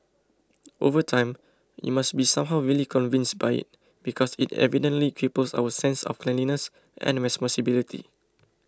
over time we must be somehow really convinced by it because it evidently cripples our sense of cleanliness and responsibility